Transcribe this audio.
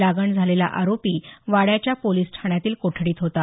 लागण झालेला आरोपी वाड्याच्या पोलिस ठाण्यातील कोठडीत होता